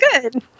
Good